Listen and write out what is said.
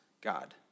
God